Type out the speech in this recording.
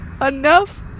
enough